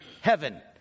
Heaven